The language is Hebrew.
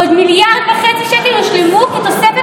עוד 1.5 מיליארד שקל ישולמו כתוספת